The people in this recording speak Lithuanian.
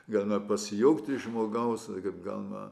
galima pasijuokti iš žmogaus kaip gauna